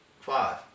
Five